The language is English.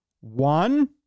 One